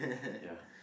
ya